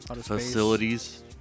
facilities